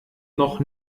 noch